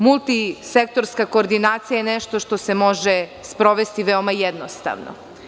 Multisektorska koordinacija je nešto što se može sprovesti veoma jednostavno.